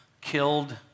killed